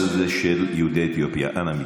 מעניין.